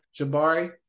Jabari